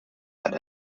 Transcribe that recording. had